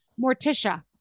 Morticia